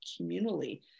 communally